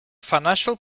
financial